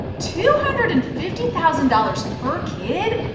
two hundred and fifty thousand dollars per kid?